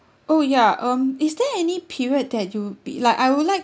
oh ya um is there any period that you'll be like I would like